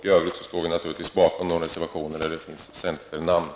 I övrigt står vi naturligtvis bakom de reservationer som har centernamn bland reservanterna.